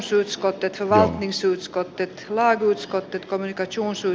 ytimessä ja kärjessä ollaan mutta vain maksumiehinä